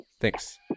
Thanks